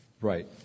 Right